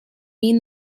mean